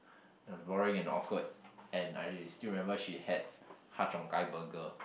it was boring and awkward and I still remember she had Ha-Cheong-Gai burger